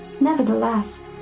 Nevertheless